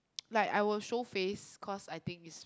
like I will show face cause I think is